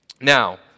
Now